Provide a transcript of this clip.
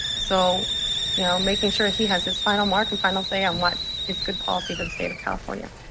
so you know making sure he has his final mark and final say on what is good policy for the state of california.